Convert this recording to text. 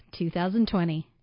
2020